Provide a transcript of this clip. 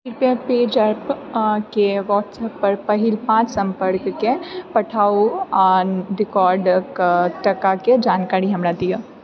कृप्या PayZapp केँ WhatsApp पर पहिल पाँच सम्पर्ककेँ पठाउ आ रिवार्डके टाकाके जानकारी हमरा दिअऽ